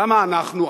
למה אנחנו,